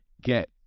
get